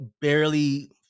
barely